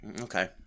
Okay